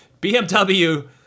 BMW